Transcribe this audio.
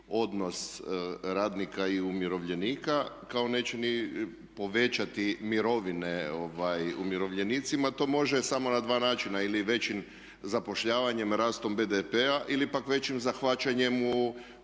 radnika i umirovljenika kao neće ni povećati mirovine umirovljenicima. To može samo na dva načina ili većim zapošljavanjem, rastom BDP-a ili pak većim zahvaćanjem u